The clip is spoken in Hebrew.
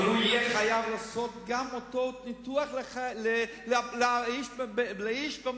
אבל הוא יהיה חייב לעשות את אותו ניתוח לאיש במחלקה.